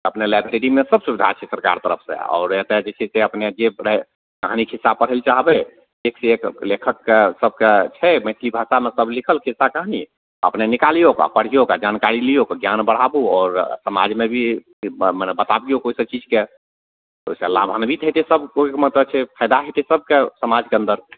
अपने लाइब्रेरीमे सब सुविधा छै सरकार तरफसँ आओर एतऽ जे छै से अपने जे कहानी खिस्सा पढ़य लऽ चाहबय एकसँ एक लेखकके सबके छै मैथिली भाषामे सब लिखल खिस्सा कहानी अपने निकालियौक आओर पढ़ियौक आओर जानकारी लियौक ज्ञान बढ़ाबू आओर समाजमे भी मने बताबियौ कोइ सब चीजके ओइसँ लाभान्वित हेतय सब कोइके मतलब छै फायदा हेतय सबके समाजके अन्दर